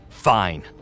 Fine